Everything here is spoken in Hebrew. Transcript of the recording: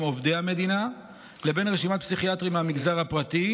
עובדי המדינה לבין רשימת פסיכיאטרים מהמגזר הפרטי,